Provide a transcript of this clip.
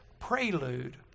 prelude